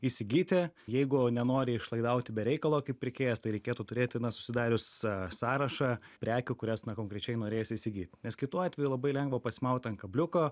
įsigyti jeigu nenori išlaidauti be reikalo kaip pirkėjas tai reikėtų turėti na susidarius sąrašą prekių kurias na konkrečiai norėsi įsigyt nes kitu atveju labai lengva pasimaut ant kabliuko